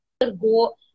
go